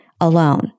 alone